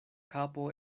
kapo